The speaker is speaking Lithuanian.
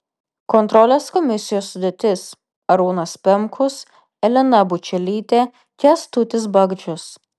kontrolės komisijos sudėtis arūnas pemkus elena bučelytė kęstutis bagdžius